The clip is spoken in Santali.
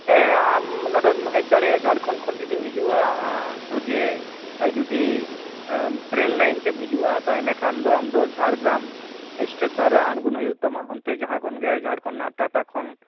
ᱦᱮᱸ ᱟᱢ ᱱᱚᱰᱮᱢ ᱦᱮᱡ ᱫᱟᱲᱮᱭᱟᱜᱼᱟ ᱡᱷᱟᱲᱠᱷᱚᱸᱰ ᱠᱷᱚᱱ ᱡᱩᱫᱤᱢ ᱦᱤᱡᱩᱜᱼᱟ ᱥᱚᱡᱽᱦᱮ ᱡᱩᱫᱤ ᱴᱨᱮᱱ ᱞᱟᱹᱭᱤᱱᱛᱮᱢ ᱦᱤᱡᱩᱜᱼᱟ ᱛᱟᱦᱚᱞᱮ ᱠᱷᱟᱱ ᱫᱚ ᱟᱢᱫᱚ ᱡᱷᱟᱲᱜᱨᱟᱢ ᱥᱴᱮᱥᱚᱱ ᱨᱮ ᱟᱲᱜᱚᱱ ᱦᱩᱭᱩᱜ ᱛᱟᱢᱟ ᱚᱱᱛᱮ ᱡᱟᱦᱟᱸ ᱠᱷᱚᱱ ᱜᱮ ᱡᱷᱟᱲᱠᱷᱚᱸᱰ ᱨᱮᱱᱟᱜ ᱴᱟᱴᱟ ᱠᱷᱚᱱ